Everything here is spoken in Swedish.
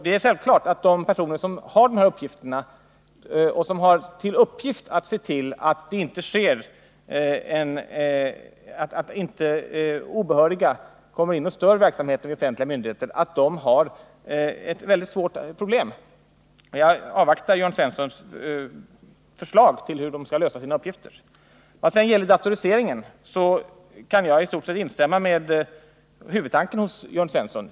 Det är självklart att de personer som har till uppgift att se till att inte obehöriga stör verksamheten vid offentliga myndigheter har ett svårt arbete. Jag avvaktar Jörn Svenssons förslag till hur de skall lösa sina uppgifter. Vad gäller datoriseringen kan jag i stort sett instämma i huvudtanken hos Jörn Svensson.